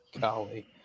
Golly